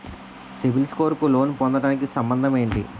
CIBIL score కు loan పొందటానికి సంబంధం ఏంటి?